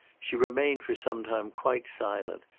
she remained for some time quite silent,